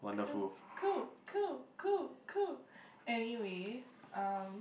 cool cool cool cool cool anyway uh